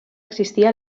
existia